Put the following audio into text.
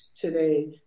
today